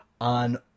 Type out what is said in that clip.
on